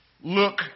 look